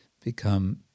become